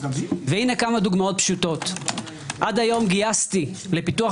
הנה כמה דוגמאות פשוטות: עד היום גייסתי לפיתוח